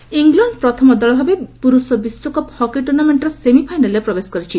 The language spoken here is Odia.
ହକି ଇଲଣ୍ଡ ପ୍ରଥମ ଦଳ ଭାବେ ପୁରୁଷ ବିଶ୍ୱକପ୍ ହକି ଟୁର୍ଣ୍ଣାମେଣ୍ଟର ସେମିଫାଇନାଲ୍ରେ ପ୍ରବେଶ କରିଛି